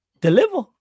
deliver